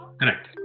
correct